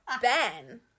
Ben